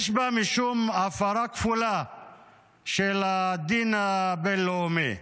יש בה משום הפרה כפולה של הדין הבין-לאומי.